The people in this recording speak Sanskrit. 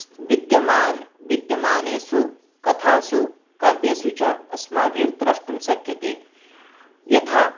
स् विद्यमान्ं विद्यमानेषु कथासु काव्येषु च अस्माभिर्द्रष्टुं शक्यते यथा